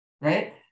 right